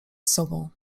sobą